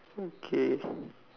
okay